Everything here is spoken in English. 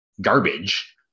garbage